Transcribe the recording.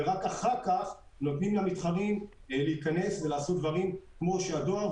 ורק אחר כך נותנים למתחרים להיכנס ולעשות דברים כמו שהדואר,